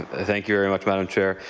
thank you very much, madam chair.